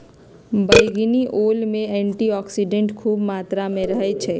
बइगनी ओल में एंटीऑक्सीडेंट्स ख़ुब मत्रा में रहै छइ